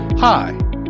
Hi